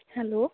hello